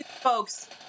folks